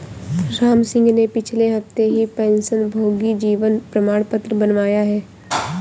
रामसिंह ने पिछले हफ्ते ही पेंशनभोगी जीवन प्रमाण पत्र बनवाया है